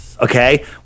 Okay